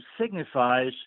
signifies